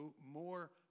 more